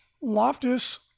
Loftus